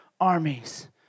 armies